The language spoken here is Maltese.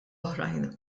oħrajn